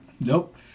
nope